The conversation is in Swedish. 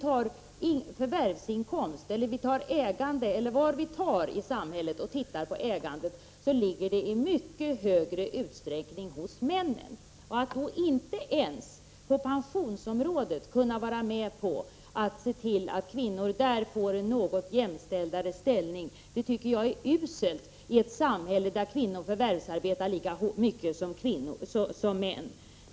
Oavsett om det gäller t.ex. förvärvsinkomst eller ägande ligger männen i mycket större utsträckning bättre till. Att då inte ens på pensionsområdet kunna vara med och se till att kvinnorna blir mera jämställda tycker jag är uselt. I vårt samhälle arbetar ju kvinnorna lika mycket som männen.